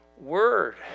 word